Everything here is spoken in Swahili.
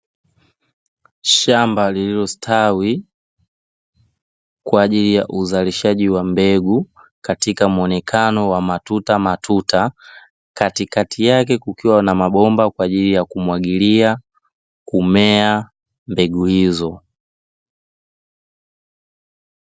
Shamba lililostawi kwa ajili ya uzalishaji wa mbegu katika muonekano wa matuta matuta katikati yake kukiwa na mabomba kwaajili ya kumwagilia kumea mbegu hizo.